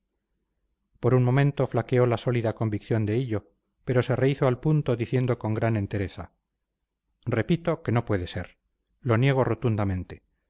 por un momento flaqueó la sólida convicción de hillo pero se rehízo al punto diciendo con gran entereza repito que no puede ser lo niego rotundamente